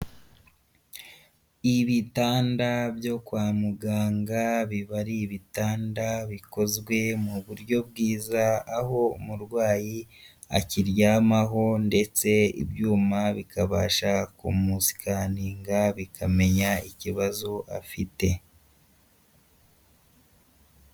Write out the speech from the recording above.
Ibitanda byo kwa muganga, biba ari ibitanda bikozwe mu buryo bwiza, aho umurwayi akiryamaho ndetse ibyuma bikabasha kumusikaninga bikamenya ikibazo afite.